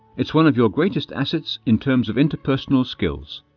it's one of your greatest assets in terms of interpersonal skills.